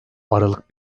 aralık